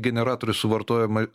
generatorius suvartojama